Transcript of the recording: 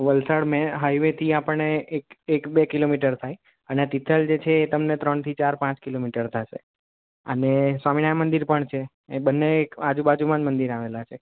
Valsad main હાઇવેથી આપણને એક બે કિલોમીટર થાય અને તિથલ છે એ તમને ત્રણથી ચાર પાંચ કિલોમીટ ર થશે અને સ્વામિનારાયણ મંદિર પણ છે એ બંને એક આજુબાજુમાં જ મંદિર આવેલાં છે